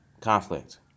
Conflict